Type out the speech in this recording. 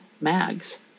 mags